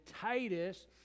titus